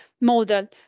model